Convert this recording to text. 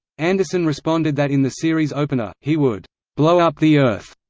anderson responded that in the series opener, he would blow up the earth.